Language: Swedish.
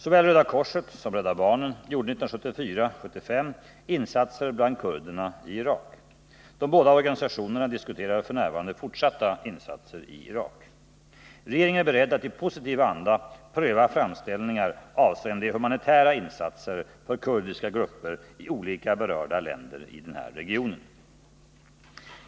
Såväl Röda korset som Rädda barnen gjorde 1974-1975 insatser bland kurderna i Irak. De båda organisationerna diskuterar f. n. fortsatta insatser i Irak. Regeringen är beredd att i positiv anda pröva framställningar avseende humanitära insatser för kurdiska grupper i olika berörda länder i regionen.